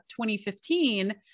2015